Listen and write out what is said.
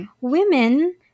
women